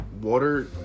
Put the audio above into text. water